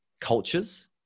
cultures